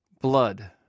Blood